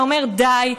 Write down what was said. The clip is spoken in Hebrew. שאומר די,